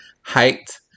height